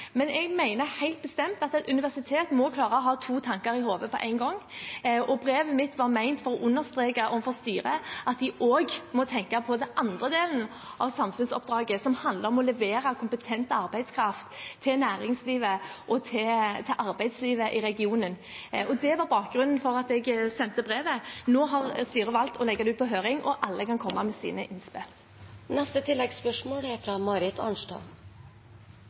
Jeg mener helt bestemt at et universitet må klare å ha to tanker i hodet på én gang, og brevet mitt var ment å understreke overfor styret at de også må tenke på den andre delen av samfunnsoppdraget, som handler om å levere kompetent arbeidskraft til næringslivet og til arbeidslivet i regionen. Det var bakgrunnen for at jeg sendte brevet. Nå har styret valgt å legge det ut på høring, og alle kan komme med sine innspill. Marit Arnstad – til oppfølgingsspørsmål. Denne runden viser at dette er